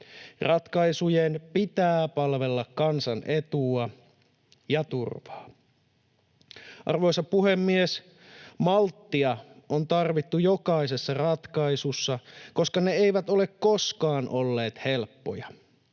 Ratkaisujen pitää palvella kansan etua ja turvaa. Arvoisa puhemies! Malttia on tarvittu jokaisessa ratkaisussa, koska ne eivät ole koskaan olleet helppoja.